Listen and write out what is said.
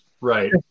Right